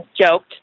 Joked